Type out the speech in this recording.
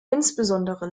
insbesondere